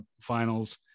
finals